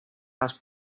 els